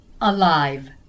alive